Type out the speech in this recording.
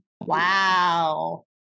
wow